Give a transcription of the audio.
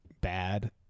bad